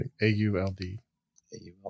A-U-L-D